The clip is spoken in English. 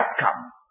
outcome